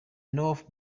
north